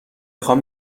خوام